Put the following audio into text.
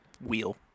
wheel